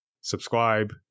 Subscribe